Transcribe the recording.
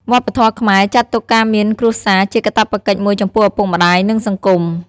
វប្បធម៌ខ្មែរចាត់ទុកការមានគ្រួសារជាកាតព្វកិច្ចមួយចំពោះឪពុកម្តាយ និងសង្គម។